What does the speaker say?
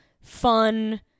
fun